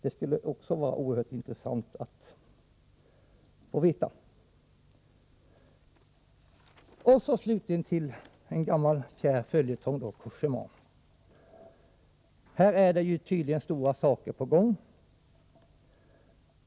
Det skulle också vara oerhört intressant att veta. Så över till en gammal kär följetong — Cogéma. Här är det tydligen stora saker på gång.